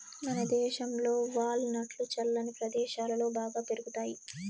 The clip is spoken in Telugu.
మనదేశంలో వాల్ నట్లు చల్లని ప్రదేశాలలో బాగా పెరుగుతాయి